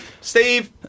Steve